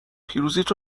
پیروزیت